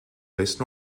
west